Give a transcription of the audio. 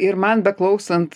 ir man beklausant